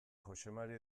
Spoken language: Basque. joxemari